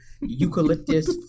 eucalyptus